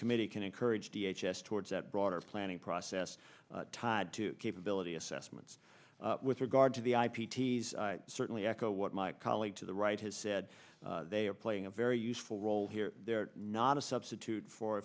committee can encourage the h s towards that broader planning process tied to capability assessments with regard to the ip ts certainly echo what my colleague to the right has said they are playing a very useful role here they're not a substitute for